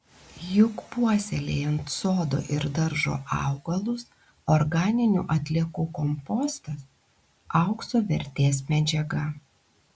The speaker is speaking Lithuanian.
juk puoselėjant sodo ir daržo augalus organinių atliekų kompostas aukso vertės medžiaga